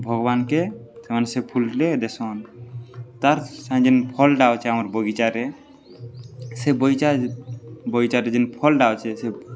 ଭଗବାନକେ ସେମାନେ ସେ ଫୁଲଟିଲେ ଦେଶନ୍ ତାର୍ ସା ଯେନ୍ ଫଲଟା ଅଛେ ଆମର୍ ବଗିଚାରେ ସେ ବଗିଚା ବଗିଚାରେ ଯେନ୍ ଫଲଟା ଅଛେ ସେ